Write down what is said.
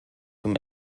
zum